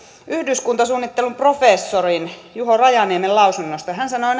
yhdyskuntasuunnittelun professori juho rajaniemen lausunnosta hän sanoo